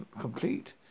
complete